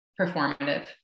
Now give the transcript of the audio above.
performative